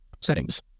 Settings